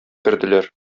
керделәр